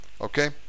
Okay